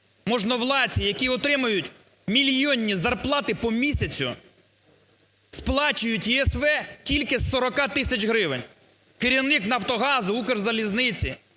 можновладці, які отримують мільйонні зарплати, по місяцю сплачують ЄСВ тільки з 40 тисяч гривень. Керівник "Нафтогазу", "Укрзалізниці",